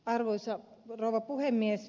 arvoisa rouva puhemies